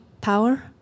power